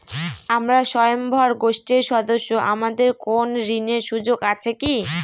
আমরা স্বয়ম্ভর গোষ্ঠীর সদস্য আমাদের কোন ঋণের সুযোগ আছে কি?